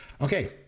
Okay